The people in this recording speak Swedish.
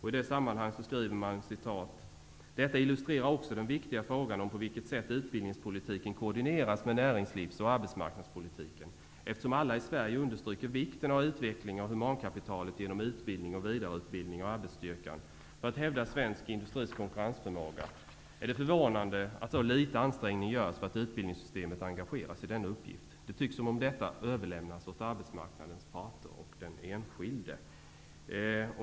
I det sammanhanget framgår det vidare: ''Detta illustrerar också den viktiga frågan om på vilket sätt utbildningspolitiken koordineras med näringslivsoch arbetsmarknadspolitiken. Eftersom alla i Sverige understryker vikten av utvecklingen av humankapitalet genom utbildning och vidareutbildning av arbetsstyrkan för att hävda svensk industris konkurrensförmåga, är det förvånande att så lite ansträngning görs för att utbildningssystemet engageras i denna uppgift. Det tycks som om detta överlämnas åt arbetsmarknadens parter och den enskilde.''